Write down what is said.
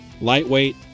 Lightweight